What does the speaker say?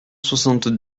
soixante